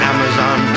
Amazon